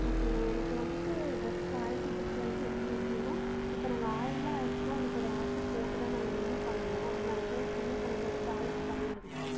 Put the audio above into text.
ஓகேங்க எனக்கு வந்துட்டு ட்ரெஸ் குவாலிட்டி பொறுத்த வரைக்கும் எப்படி இருக்கணும்னால் இப்போ நாங்கள் ஆயிலெல்லாம் ஆகிடுச்சின்னா அதுக்கு ஒரு ஆசிட் போட்டு தான் நாங்கள் ரிமூவ் பண்ணணும் அப்படி நாங்கள் போட்டு ரிமூவ் பண்ணும் போது குவாலிட்டி கம்மியாகயிருங்களா